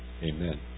Amen